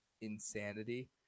insanity